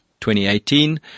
2018